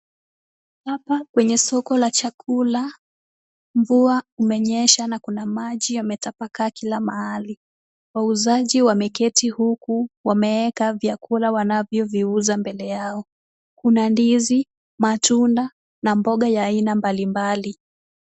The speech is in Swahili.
Hapa kwenye soko la chakula mvua umenyesha na kuna maji yametapakaa kila mahali. Wauzaji wameketi huku wameweka vyakula wanavyoviuza mbele yao. Kuna ndizi, matunda na mboga ya aina mbalimbali.